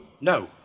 no